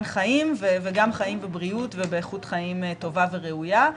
חיים וגם חיים ובריאות ובאיכות חיים טובה וראויה.